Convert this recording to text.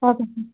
okay sir